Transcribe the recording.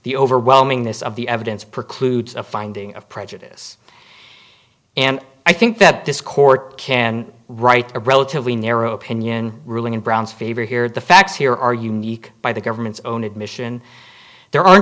the overwhelming this of the evidence precludes a finding of prejudice and i think that this court can write a relatively narrow opinion ruling in brown's favor here the facts here are unique by the government's own admission there are